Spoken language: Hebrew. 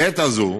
לעת הזאת,